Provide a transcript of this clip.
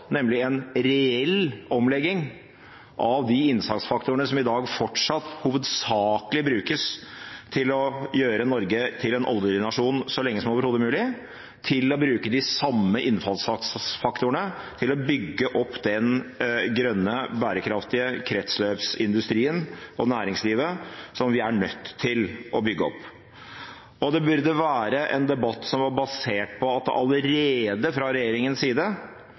nemlig en reell omlegging fra de innsatsfaktorene som i dag fortsatt hovedsakelig brukes til å gjøre Norge til en oljenasjon så lenge som overhodet mulig, til å bruke de samme innsatsfaktorene til å bygge opp den grønne, bærekraftige kretsløpsindustrien og næringslivet som vi er nødt til å bygge opp. Det burde være en debatt som er basert på at det allerede fra regjeringens side